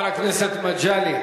פרופסור נכבד, חבר הכנסת מגלי.